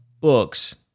books